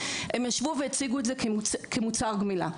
הם ישבו והציגו את זה כמוצר גמילה.